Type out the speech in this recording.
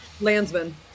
Landsman